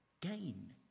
Gain